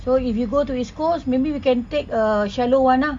so if you go to east coast maybe we can take a shallow one ah